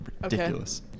ridiculous